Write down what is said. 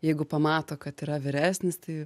jeigu pamato kad yra vyresnis tai